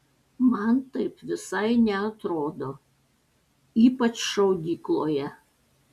man taip visai neatrodo ypač šaudykloje